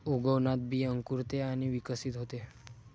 उगवणात बी अंकुरते आणि विकसित होते